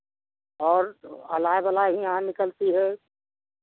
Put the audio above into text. और तो अलाय बलाय हियाँ निकलती है